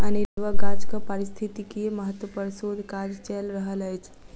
अनेरुआ गाछक पारिस्थितिकीय महत्व पर शोध काज चैल रहल अछि